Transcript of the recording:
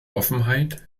offenheit